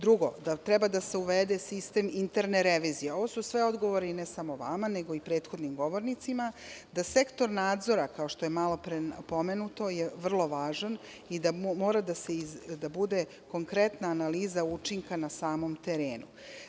Drugo, da treba da se uvede sistem interne revizije, ovo su sve odgovori ne samo vama, nego i prethodnim govornicima, da Sektor nadzora kao što je malopre pomenuto je vrlo važan i da mora da bude konkretna analiza učinka na samom terenu.